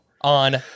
on